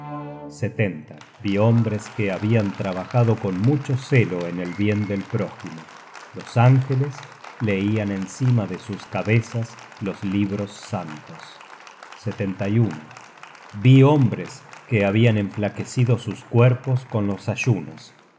cabezas vi hombres que habian trabajado con mucho celo en el bien del prójimo los ángeles leian encima de sus cabezas los libros santos vi hombres que habian enflaquecido sus cuerpos con los ayunos